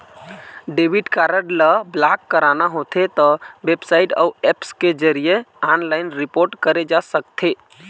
debit card ल block कराना होथे त बेबसाइट अउ ऐप्स के जरिए ऑनलाइन रिपोर्ट करे जा सकथे